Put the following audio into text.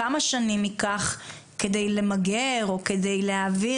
כמה שנים ייקח כדי למגר או כדי להעביר